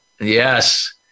Yes